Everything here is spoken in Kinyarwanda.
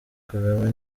kagame